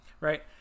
right